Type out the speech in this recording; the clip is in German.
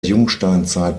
jungsteinzeit